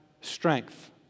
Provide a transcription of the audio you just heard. strength